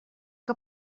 que